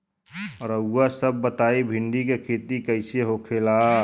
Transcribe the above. रउआ सभ बताई भिंडी क खेती कईसे होखेला?